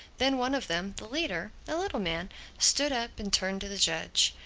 then one of them, the leader a little man stood up and turned to the judge.